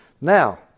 Now